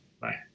Bye